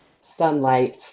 sunlight